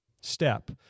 step